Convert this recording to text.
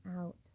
out